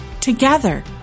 Together